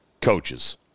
coaches